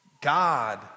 God